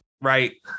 right